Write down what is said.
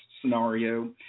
scenario